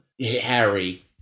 Harry